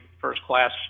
first-class